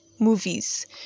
movies